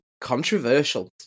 controversial